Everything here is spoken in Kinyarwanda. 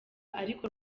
ariko